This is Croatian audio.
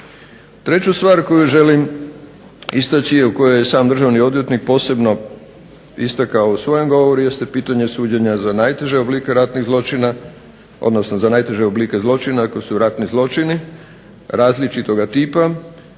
Treću stvar koju želim istaći a kojoj je sam državni odvjetnik posebno istakao u svojem govoru jeste pitanje suđenja za najteže oblike ratnih zločina odnosno za najteže oblike zločina ako su ratni zločini različitoga tipa